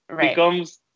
becomes